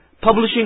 publishing